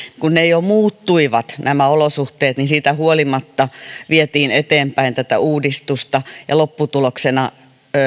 jo muuttuivat niin siitä huolimatta vietiin eteenpäin tätä uudistusta lopputuloksena